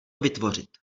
vytvořit